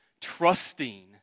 trusting